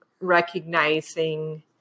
recognizing